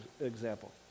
example